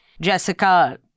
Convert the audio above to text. jessica